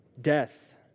death